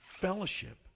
fellowship